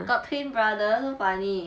got twin brother so funny